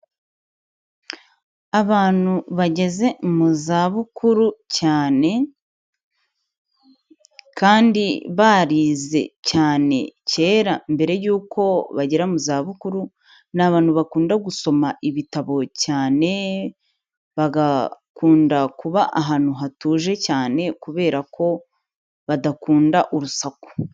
Abantu bageze mu zabukuru cyane kandi barize cyane kera mbere yuko bagera mu zabukuru, ni abantu bakunda gusoma ibitabo cyane, bagakunda kuba ahantu hatuje cyane, kubera ko badakunda urusaku.